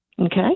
Okay